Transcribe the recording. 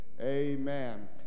Amen